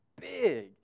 big